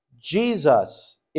Jesus